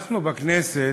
אנחנו בכנסת,